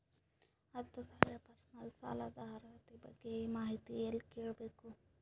ಹತ್ತು ಸಾವಿರ ಪರ್ಸನಲ್ ಸಾಲದ ಅರ್ಹತಿ ಬಗ್ಗೆ ಮಾಹಿತಿ ಎಲ್ಲ ಕೇಳಬೇಕು?